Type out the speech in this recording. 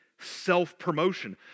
self-promotion